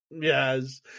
Yes